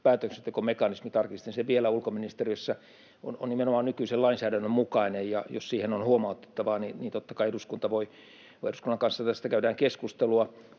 päätöksentekomekanismi — tarkistin sen vielä ulkoministeriössä — on nimenomaan nykyisen lainsäädännön mukainen, ja jos siihen on huomautettavaa, niin totta kai eduskunnan kanssa tästä käydään keskustelua.